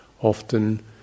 often